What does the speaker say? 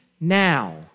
now